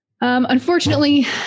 Unfortunately